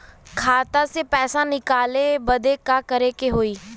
खाता से पैसा निकाले बदे का करे के होई?